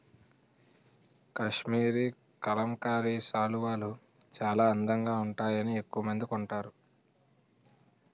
కాశ్మరీ కలంకారీ శాలువాలు చాలా అందంగా వుంటాయని ఎక్కవమంది కొంటారు